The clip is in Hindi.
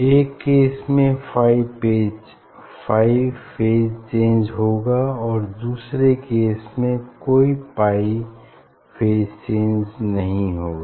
एक केस में पाई फेज चेंज होगा और दूसरे केस में कोई पाई फेज चेंज नहीं होगा